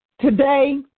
today